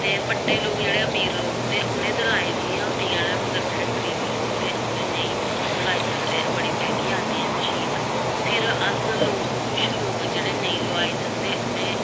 ते बड्डे लोक जेह्ड़े अमीर लोक होंदे उ'नें ते लाई दियां होंदियां न मगर जेह्ड़े गरीब लोग होंदे उ'नें नेईं ओह् लाई सकदे बड़ी मैंह्गी आंदी ऐ मशीन फिर अस लोक कुछ लोक जेह्ड़े नेईं लोआई सकदे उ'नें